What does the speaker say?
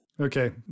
Okay